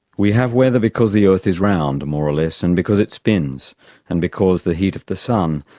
we have weather because the earth is round, more or less, and because it spins and because the heat of the sun,